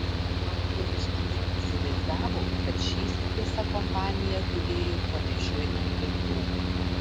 autorius matyt įsivaizdavo kad šįsyk visa kompanija gulėjo pramaišiui ant grindų